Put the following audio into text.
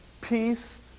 Peace